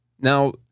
Now